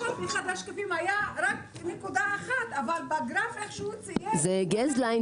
אחד השקפים היה רק נקודה אחת אבל בגרף איך שהוא ציין --- אדוני,